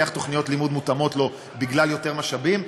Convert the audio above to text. תוכניות לימוד מותאמות לו בגלל יותר משאבים,